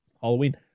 Halloween